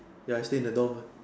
ya I stay in the dorm